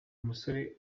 umusore